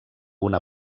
una